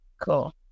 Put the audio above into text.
Cool